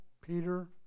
Peter